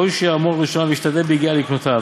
ראוי שיעמול ראשונה וישתדל ביגיעו לקנותה,